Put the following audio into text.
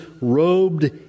robed